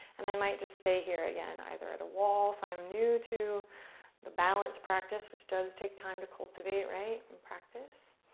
and i might just stay here again, either at a wall if i'm new to the balance practice which does take time to cultivate and practice,